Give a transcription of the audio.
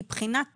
מבחינת תקציב,